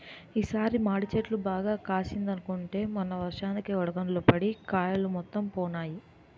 ఈ సారి మాడి చెట్టు బాగా కాసిందనుకుంటే మొన్న వర్షానికి వడగళ్ళు పడి కాయలు మొత్తం పోనాయి